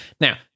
Now